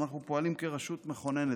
אנחנו פועלים כרשות מכוננת,